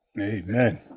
Amen